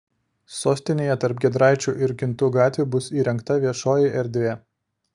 sostinėje tarp giedraičių ir kintų gatvių bus įrengta viešoji erdvė